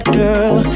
girl